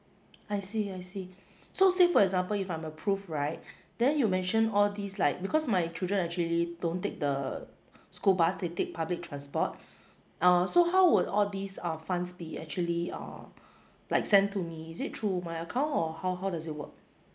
I see I see so say for example if I'm approved right then you mentioned all these like because my children actually don't take the school bus they take public transport uh so how would all these uh funds be actually err like sent to me is it through my account or how how does it work